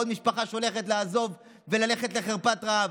ועוד משפחה שהולכת לעזוב וללכת לחרפת רעב.